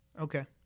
Okay